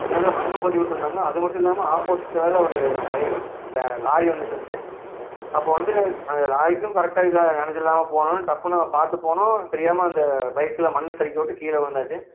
அந்த இடத்துல மண்ணும் கொட்டி விட்ருந்தாங்க அது மட்டும் இல்லாமல் ஆப்போசிட்டில் வேறு ஒரு பை ட லாரி வந்துகிட்ருந்துச்சு அப்போது வந்து அந்த லாரிக்கும் கரெக்டாக இதாக இடஞ்சல் இல்லாமல் போகணுன்னு டப்புனு பார்த்து போனோம் தெரியாமல் அந்த பைக்கில் மண் சறுக்கி விட்டு கீழே உழுந்தாச்சி